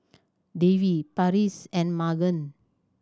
Davy Parrish and Magen